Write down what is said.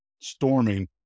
storming